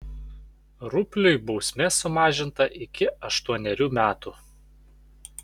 rupliui bausmė sumažinta iki aštuonerių metų